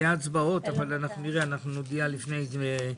יהיו הצבעות אבל נודיע לפני כן.